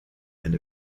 eine